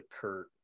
Kurt